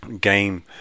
game